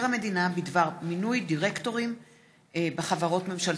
המדינה בדבר מינוי דירקטורים בחברות ממשלתיות.